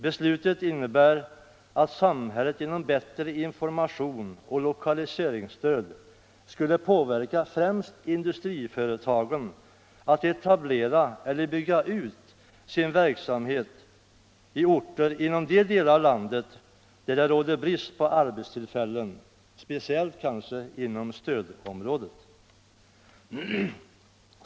Beslutet innebar att samhället genom bättre information och lokaliseringsstöd skulle påverka främst industriföretagen att etablera eller bygga ut sin verksamhet i orter inom de delar av landet där det råder brist på arbetstillfällen, speciellt kanske inom stödområdet.